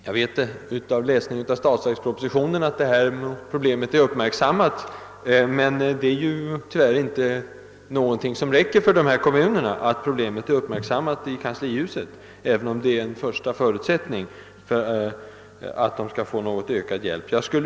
Jag vet från min läsning av statsverkspropositionen att detta problem är uppmärksammat. Men tyvärr räcker det inte för kommunerna att problemet är uppmärksammat i kanslihuset, även om det är en första förutsättning för att de skall få ökad hjälp.